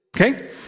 Okay